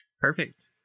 Perfect